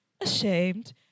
ashamed